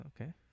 okay